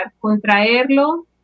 contraerlo